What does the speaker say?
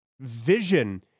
vision